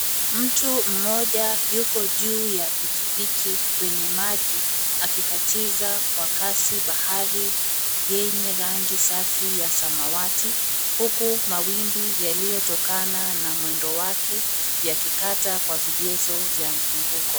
Mtu mmoja yuko juu ya pikipiki kwenye maji akikatiza kwa kasi bahari yenye rangi safi ya samawati huku mawimbi yaliyotokana na mwendo wake yakikata kwa vigezo vya mzunguko.